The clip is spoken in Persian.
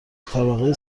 طبقه